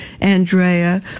Andrea